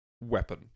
weapon